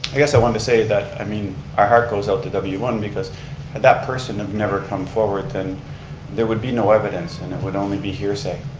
like i so wanted to say that i mean our heart goes out to w one because had that person have never come forward then there would be no evidence and it would only be hearsay.